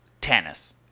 tennis